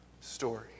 story